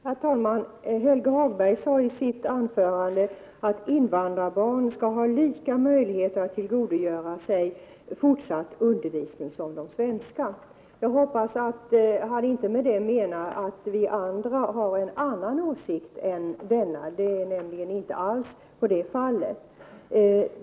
Herr talman! Helge Hagberg sade i sitt anförande att invandrarbarn skall ha samma möjligheter att tillgodogöra sig fortsatt undervisning som de svenska barnen. Jag hoppas att han därmed inte menade att vi andra har en annan åsikt än denna — det är nämligen inte alls fallet.